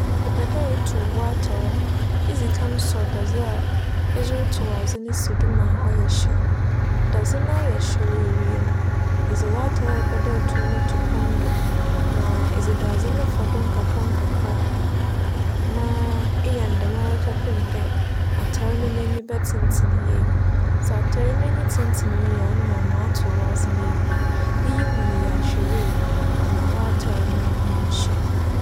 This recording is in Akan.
Epɛ dɛ etow w'atar a, idzi kansͻ dadze a edze rotow adze no si do ma ͻyɛ hyew. Dadze no ayɛ hyew ewie no edze w'atar a epɛ dɛ etow no to pon do na edze dadze no fa do nkakrankakra nA eyɛ no dɛmara kɛpem dɛ atar no n'enyi bɛtsentsen yie. Sɛ atar no n'enyi tsentsen yie a nna ͻno atow w'adze no ewie. Iyi mu no yɛ ahwɛyie ama w'atar no annhyew.